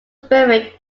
buried